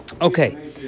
Okay